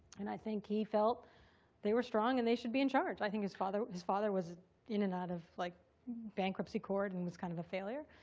and i think he felt they were strong and they should be in charge. i think his father his father was in and out of like bankruptcy court and was kind of a failure.